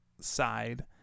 side